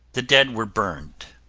the dead were burned.